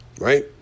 right